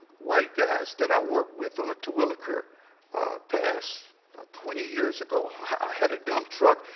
white guys that i worked with on the terwilliger pass twenty years ago. i had a dump truck.